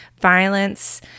violence